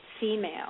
female